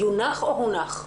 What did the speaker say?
יונח או הונח?